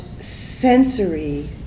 sensory